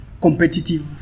competitive